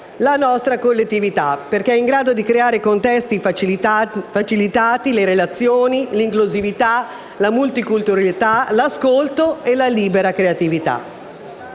la nostra collettività, perché è in grado di creare contesti facilitanti le relazioni, l'inclusività, la multiculturalità, l'ascolto e la libera creatività,